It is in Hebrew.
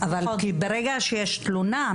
ברגע שיש תלונה,